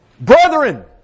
Brethren